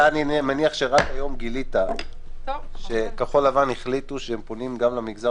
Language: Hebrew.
אני מניח שרק היום גילית שכחול לבן החליטו שהם פונים גם למגזר